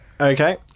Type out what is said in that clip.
Okay